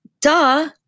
Duh